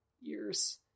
years